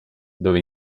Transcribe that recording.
dove